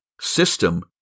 system